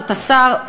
עלות השר,